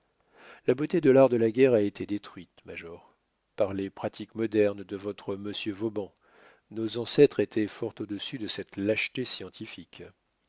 la beauté de l'art de la guerre a été détruite major par les pratiques modernes de votre m vauban nos ancêtres étaient fort au-dessus de cette lâcheté scientifique